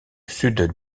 sud